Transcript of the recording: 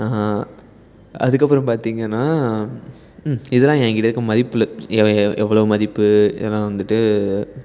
அதுக்கப்புறம் பார்த்தீங்கனா இதெல்லாம் என் கிட்டே இருக்க மதிப்புள்ள எவ்வளோ மதிப்பு இதெல்லாம் வந்துட்டு